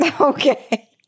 Okay